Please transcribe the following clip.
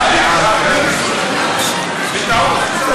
בטעות.